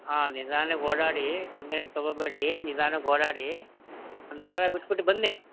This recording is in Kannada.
ಹಾಂ ನಿಧಾನಕ್ಕೆ ಓಡಾಡಿ ತೊಂದ್ರೇನ ತಗೋಬೇಡಿ ನಿಧಾನಕ್ಕೆ ಓಡಾಡಿ ಒಂದು ವಾರ ಬಿಟ್ಬಿಟ್ಟು ಬನ್ನಿ